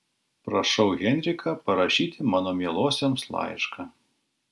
prašau henriką parašyti mano mielosioms laišką